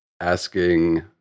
asking